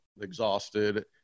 exhausted